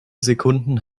sekunden